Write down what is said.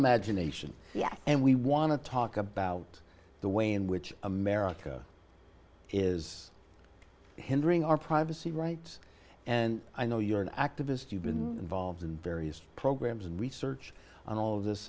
imagination and we want to talk about the way in which america is hindering our privacy rights and i know you are an activist you've been involved in various programs and research on all of this